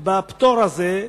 בפטור הזה,